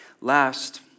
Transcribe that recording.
Last